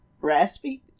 Raspy